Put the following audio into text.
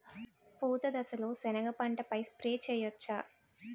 పూత దశలో సెనగ పంటపై స్ప్రే చేయచ్చా?